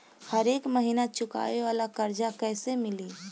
हरेक महिना चुकावे वाला कर्जा कैसे मिली?